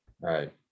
Right